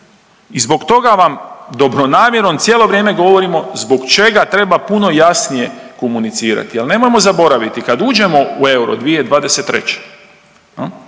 I zbog toga vam dobronamjerno cijelo vrijeme govorimo zbog čega treba puno jasnije komunicirati jel nemojmo zaboraviti kad uđemo u euro 2023.,